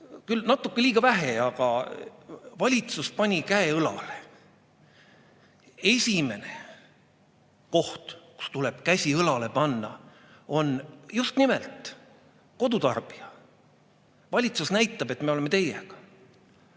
küll natuke liiga vähe, aga valitsus pani käe õlale. Esimene koht, kus tuleb käsi õlale panna, on just nimelt kodutarbija. Valitsus näitab, et me oleme teiega.